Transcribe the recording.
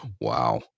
Wow